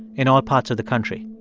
in all parts of the country.